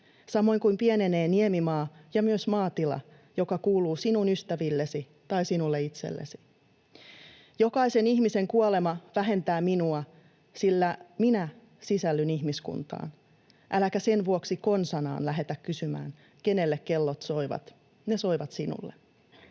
samoin kuin pienenee niemimaa ja myös maatila, joka kuuluu sinun ystävillesi tai sinulle itsellesi; jokaisen ihmisen kuolema vähentää minua, sillä minä sisällyn ihmiskuntaan; äläkä sen vuoksi konsanaan lähetä kysymään kenelle kellot soivat; ne soivat sinulle.”